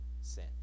sin